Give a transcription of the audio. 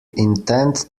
intend